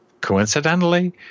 coincidentally